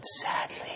Sadly